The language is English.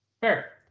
Fair